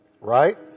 right